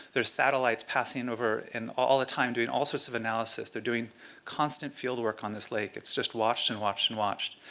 there's satellites passing over and all the time doing all sorts of analysis. they're doing constant fieldwork on this lake. it's just watched and watched and watched.